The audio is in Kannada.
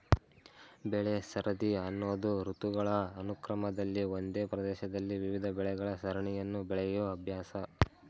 ಬೆಳೆಸರದಿ ಅನ್ನೋದು ಋತುಗಳ ಅನುಕ್ರಮದಲ್ಲಿ ಒಂದೇ ಪ್ರದೇಶದಲ್ಲಿ ವಿವಿಧ ಬೆಳೆಗಳ ಸರಣಿಯನ್ನು ಬೆಳೆಯೋ ಅಭ್ಯಾಸ